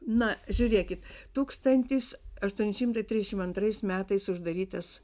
na žiūrėkit tūkstantis aštuoni šimtai trisdešim antrais metais uždarytas